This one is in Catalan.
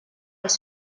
els